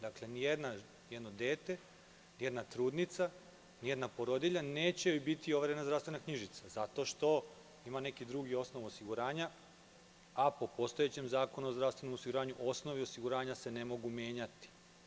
Dakle, nijednom detetu, nijednoj trudnici, nijednoj porodilji neće biti overena zdravstvena knjižica, zato što ima neki drugi osnov osiguranja, a po postojećem Zakonu o zdravstvenom osiguranju osnovi osiguranja se ne mogu menjati.